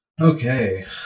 Okay